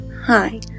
Hi